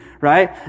right